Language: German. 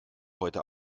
heute